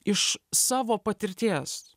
iš savo patirties